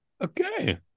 Okay